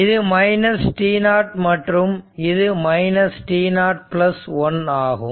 இது t0 மற்றும் இது t0 1 ஆகும்